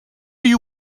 you